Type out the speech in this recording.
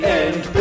end